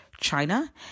China